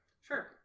Sure